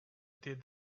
did